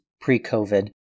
pre-COVID